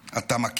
אתה מכה,